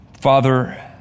Father